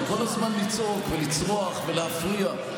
כל הזמן לצעוק ולצרוח ולהפריע.